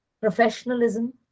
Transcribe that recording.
professionalism